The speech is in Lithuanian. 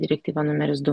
direktyva numeris du